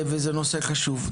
הנושא חשוב.